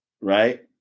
right